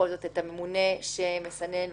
הממונה שמסנן.